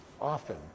often